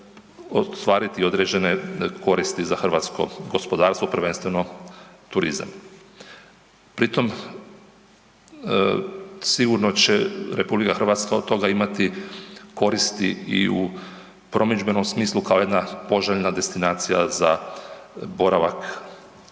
ostvariti određene koristi za hrvatsko gospodarstvo prvenstveno turizam. Pri tom sigurno će RH od toga imati koristi i u promidžbenom smislu kao jedna poželjna destinacija za boravak u nekom